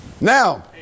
Now